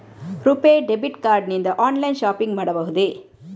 RuPay debit card ನಿಂದ online shopping ಮಾಡಬಹುದೇ?